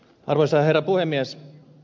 arvoisa herra puhemies